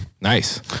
Nice